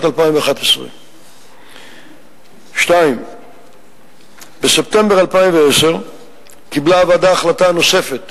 2011. 2. בספטמבר 2010 קיבלה הוועדה החלטה נוספת,